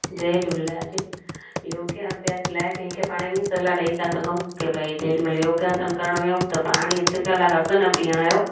जय झूलेलाल जी योगा अभ्यास लाइ कंहिंखे पाण ईअं सलाह ॾेई था सघूं के भई जेॾी महिल योगासन करणु विहूं त पाणी अधु कलाकु अॻु न पीअण जो